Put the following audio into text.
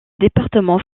département